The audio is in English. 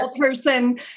person